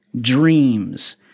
dreams